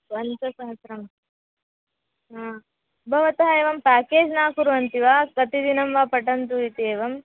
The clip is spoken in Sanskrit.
पञ्चसहस्रं हा भवतः एवं पेकेज् न कुर्वन्ति वा कति दिनं वा पठन्तु इति एवं